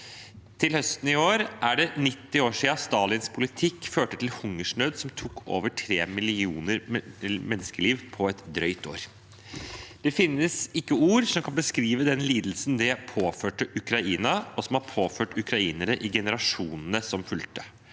til høsten er det 90 år siden Stalins politikk førte til en hungersnød som tok over tre millioner menneskeliv på et drøyt år. Det finnes ikke ord som kan beskrive den lidelsen det påførte Ukraina, og som det har påført ukrainere i generasjonene som fulgte